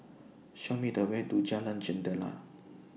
Show Me The Way to Jalan Jentera